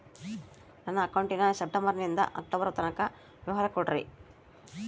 ನನ್ನ ಅಕೌಂಟಿನ ಸೆಪ್ಟೆಂಬರನಿಂದ ಅಕ್ಟೋಬರ್ ತನಕ ವಿವರ ಕೊಡ್ರಿ?